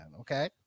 okay